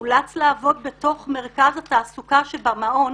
אולץ לעבוד בתוך מרכז התעסוקה שבמעון